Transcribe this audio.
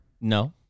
no